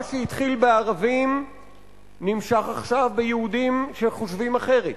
מה שהתחיל בערבים נמשך עכשיו ביהודים שחושבים אחרת,